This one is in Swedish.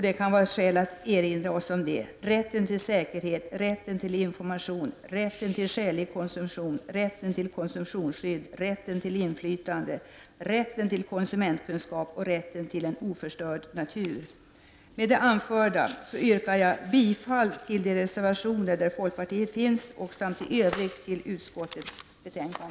Det kan vara skäl att erinra om dessa punkter: Rätten till en oförstörd natur. Med det anförda yrkar jag bifall till de reservationer där folkpartiet finns med och i övrigt till utskottets hemställan.